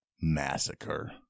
massacre